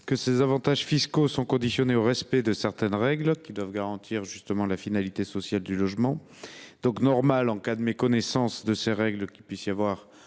%. Ces avantages fiscaux sont conditionnés au respect de certaines règles visant à garantir la finalité sociale du logement. Il est donc normal qu’en cas de méconnaissance de ces règles il puisse y avoir